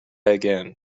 again